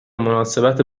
مناسبت